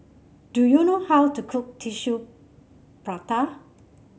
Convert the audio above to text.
do you know how to cook Tissue Prata